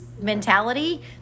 mentality